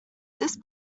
this